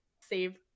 save